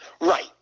Right